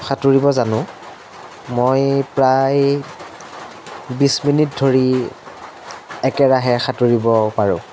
সাঁতুৰিব জানো মই প্ৰায় বিছ মিনিট ধৰি একেৰাহে সাঁতুৰিব পাৰোঁ